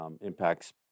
impacts